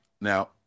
now